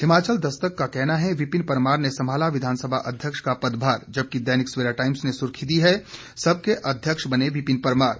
हिमाचल दस्तक का कहना है विपिन परमार ने संभाला विधानसभा अध्यक्ष का पदभार जबकि दैनिक सवेरा टाइम्स ने सुर्खी दी हैं सबके अध्यक्ष बने विपिन परमार